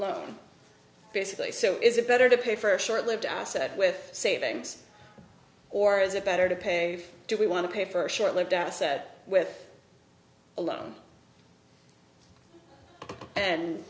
loan basically so is it better to pay for a short lived asset with savings or is it better to pay do we want to pay for a short lived out set with a loan and